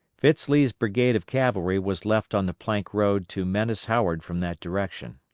fitz lee's brigade of cavalry was left on the plank road to menace howard from that direction.